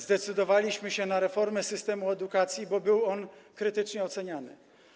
Zdecydowaliśmy się na reformę systemu edukacji, bo był on krytycznie oceniany.